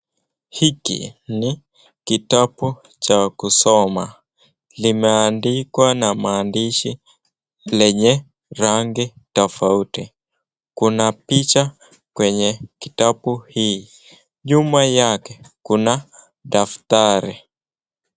Hiki ni kitabu cha kusoma kimeandikwa na maandishi lenye rangi tofauti kuna picha kwenye kitabu hii nyuma yake kuna daftari.